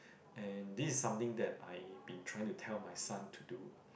and this is something that I been trying to tell my son to do